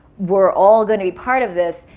were all gonna be part of this,